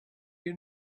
you